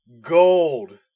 gold